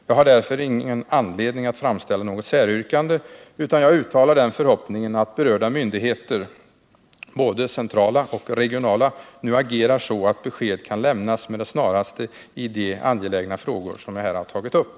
Jag har därför ingen anledning att framställa något säryrkande, utan jag uttalar den förhoppningen att berörda myndigheter — både centrala och regionala — agerar så att besked kan lämnas med det snaraste i de angelägna frågor som jag här tagit upp.